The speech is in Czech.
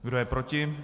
Kdo je proti?